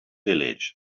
village